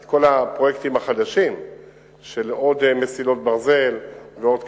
את כל הפרויקטים החדשים של עוד מסילות ברזל ועוד כבישים.